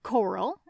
Coral